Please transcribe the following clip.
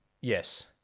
Yes